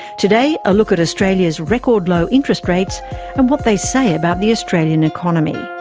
today, a look at australia's record low interest rates and what they say about the australian economy.